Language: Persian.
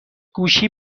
گوشی